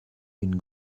une